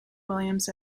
williams